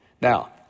Now